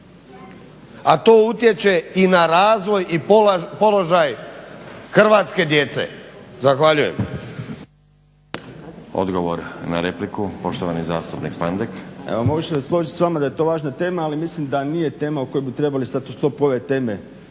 A to utječe i na razvoj i položaj hrvatske djece. Zahvaljujem. **Stazić, Nenad (SDP)** Odgovor na repliku, poštovani zastupnik Pandek. **Pandek, Draženko (SDP)** Evo mogu se složiti s vama da je to važna tema ali mislim da nije tema o kojoj bi trebali sad što pored teme